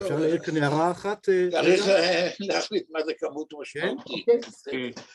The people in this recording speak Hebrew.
‫אפשר להעיר כאן הערה אחת? ‫- צריך, אה, להחליט מה זה כמות משמעותית.